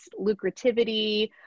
lucrativity